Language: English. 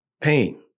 pain